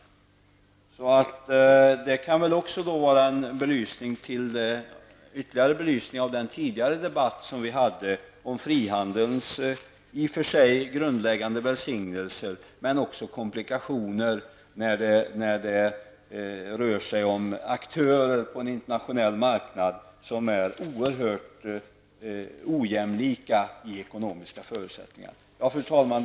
Detta kan också utgöra en ytterligare belysning av den tidigare diskussionen som vi förde om frihandelns i och för sig grundläggande välsignelse, men också komplikationer när det rör sig om aktörer på en internationell marknad, aktörer som är oerhört ojämlika vad beträffar ekonomiska förutsättningar. Fru talman!